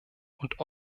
und